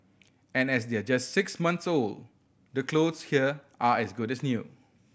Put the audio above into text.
and as they're just six months old the clothes here are as good as new